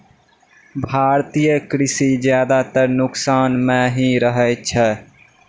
भारतीय कृषि ज्यादातर नुकसान मॅ ही रहै छै